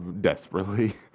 desperately